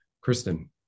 Kristen